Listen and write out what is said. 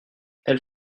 elle